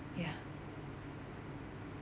ya